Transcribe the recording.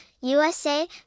USA